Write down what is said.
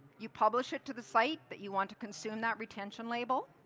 you publish it to the site that you want to consume that retention label.